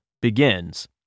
begins